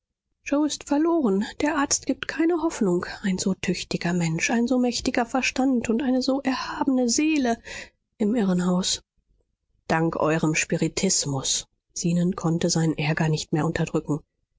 ist verloren der arzt gibt keine hoffnung ein so tüchtiger mensch ein so mächtiger verstand und eine so erhabene seele im irrenhaus dank eurem spiritismus zenon konnte seinen ärger nicht mehr unterdrücken